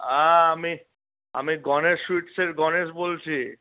হ্যাঁ আমি আমি গনেশ সুইটসের গনেশ বলছি